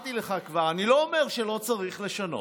אמרתי לך כבר, אני לא אומר שלא צריך לשנות,